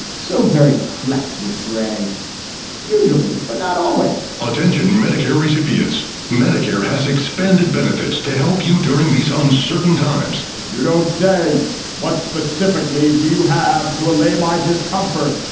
so very flecked with gray usually, but not always all attention medicare recipients medicare has expanded benefits to help you during these uncertain times you don't say what specifically do you have to allay my discomfort?